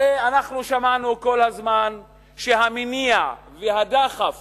הרי אנחנו שמענו כל הזמן שהמניע והדחף